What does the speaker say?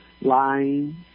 lying